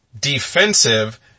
defensive